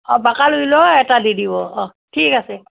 অঁ বাকলি ওলোৱা এটা দি দিব অঁ ঠিক আছে